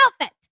outfit